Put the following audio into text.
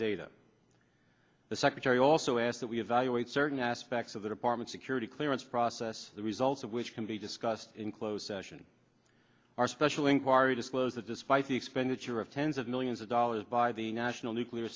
data the secretary also asked that we evaluate certain aspects of the department security clearance process the results of which can be discussed in closed session our special inquiry disclosed that despite the expenditure of tens of millions of dollars by the national nuclear